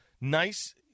nice